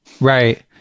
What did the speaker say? Right